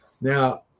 Now